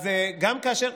אז גם כאשר,